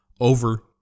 over